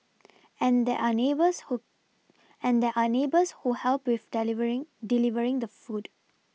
and there are neighbours who and there are neighbours who help with delivering the food